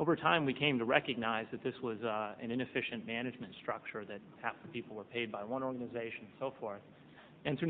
over time we came to recognize that this was an inefficient management structure that how people are paid by one organization so forth and so